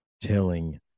telling